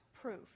proof